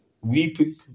weeping